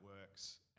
works